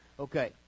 Okay